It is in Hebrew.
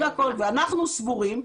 אני סבורים,